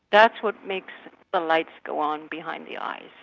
that's what makes the lights go on behind the eyes.